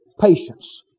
patience